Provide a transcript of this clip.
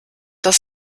das